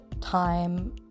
time